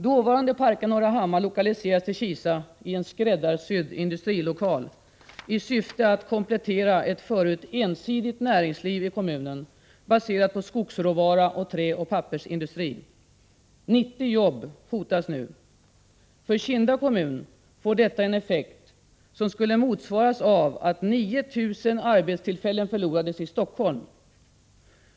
Dåvarande Parca Norrahammar lokaliserades till Kisa i en ”skräddarsydd” industrilokal i syfte att komplettera ett förut ensidigt näringsliv i kommunen, baserat på skogsråvara och träoch pappersindustri. 90 jobb hotas nu. För Kinda kommun får detta en effekt som skulle motsvaras av att 9 000 arbetstillfällen förlorades i Stockholm.